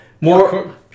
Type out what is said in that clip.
More